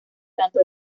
tanto